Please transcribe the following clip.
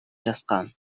жазган